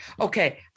Okay